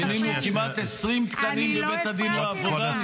מינינו כמעט 20 תקנים לבית הדין לעבודה.